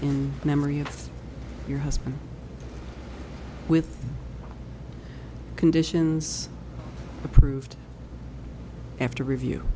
in memory of your husband with conditions approved after review